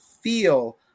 feel